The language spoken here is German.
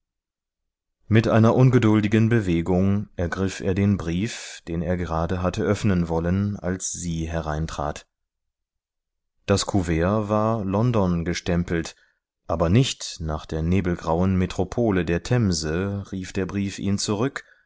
mit einer ungeduldigen bewegung ergriff er den brief den er gerade hatte öffnen wollen als sie hereintrat das kuvert war london gestempelt aber nicht nach der nebelgrauen metropole der themse rief der brief ihn zurück